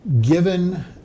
given